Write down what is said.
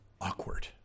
Awkward